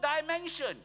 dimension